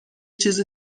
چیز